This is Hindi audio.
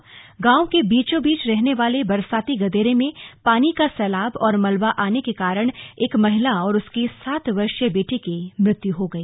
यहां गांव के बीचों बीच बहने वाले बरसाती गदेरे में पानी का सैलाब और मलबा आने के कारण एक महिला और उसकी सात वर्षीय बेटी की मृत्यु हो गई